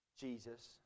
Jesus